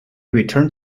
returned